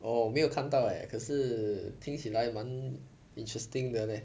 oh 没有看到 leh 可是听起来蛮 interesting 的 leh